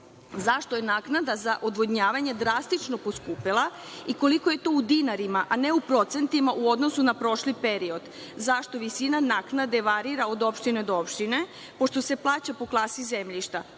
Zašto je naknada za odvodnjavanje drastično poskupela i koliko je to u dinarima, a ne u procentima u odnosu na prošli period? Zašto visina naknade varira od opštine do opštine, pošto se plaća po klasi zemljišta?